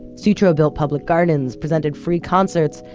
sutro built public gardens, presented free concerts,